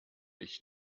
ich